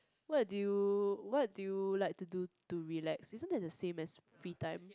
what do you what do you like to do to relax isn't that the same as free time